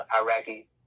Iraqi